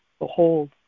Behold